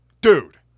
dude